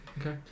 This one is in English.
okay